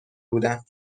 بودن